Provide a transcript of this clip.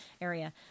area